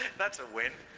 that's a win.